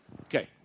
Okay